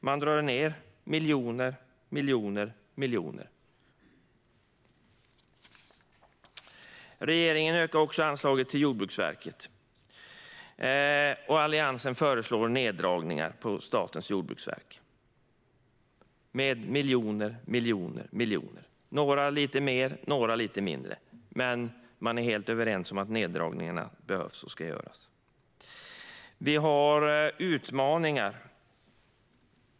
De drar ned miljoner efter miljoner. Regeringen ökar också anslaget till Jordbruksverket. Alliansen föreslår neddragningar på Statens jordbruksverk med miljoner efter miljoner, några partier med lite mer och några med lite mindre. Men de är helt överens om att neddragningarna behövs och ska göras. Vi har utmaningar.